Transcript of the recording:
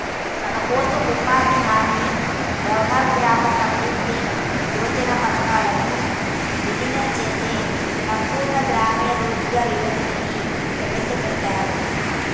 మనకోసం ఉపాధి హామీ జవహర్ గ్రామ సమృద్ధి యోజన పథకాలను వీలినం చేసి సంపూర్ణ గ్రామీణ రోజ్గార్ యోజనని ప్రవేశపెట్టారు